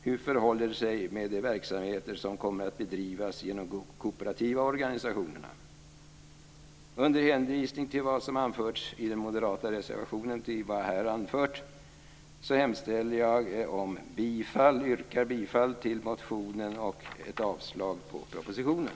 Hur förhåller det sig med de verksamheter som kommer att bedrivas genom de kooperativa organisationerna? Under hänvisning till vad jag här har anfört yrkar jag bifall till den moderata reservationen.